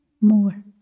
MORE